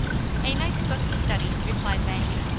a nice book to study! replied maggie.